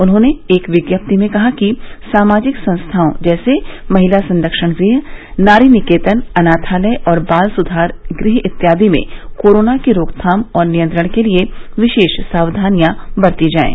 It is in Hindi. उन्होंने एक विज्ञप्ति में कहा कि सामाजिक संस्थाओं जैसे महिला संरक्षण गृह नारी निकेतन अनाथालय और बाल सुधार गृह इत्यादि में कोरोना की रोकथाम और नियंत्रण के लिये विशेष सावधानियां बरती जाये